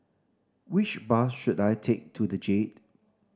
which bus should I take to The Jade